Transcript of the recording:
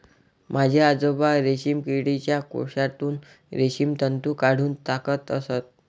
माझे आजोबा रेशीम किडीच्या कोशातून रेशीम तंतू काढून टाकत असत